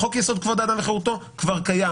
חוק יסוד: כבוד האדם וחירותו כבר קיים,